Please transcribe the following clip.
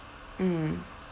mm